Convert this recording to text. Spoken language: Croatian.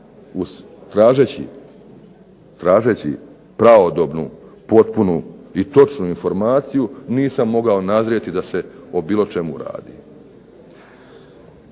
tražeći pravodobnu potpunu i točnu informaciju nisam mogao nazrijeti da se o bilo čemu radi.